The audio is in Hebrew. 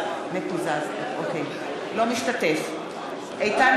אינו משתתף בהצבעה איתן